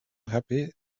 happy